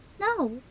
No